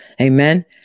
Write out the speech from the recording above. Amen